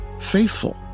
Faithful